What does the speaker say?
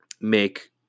make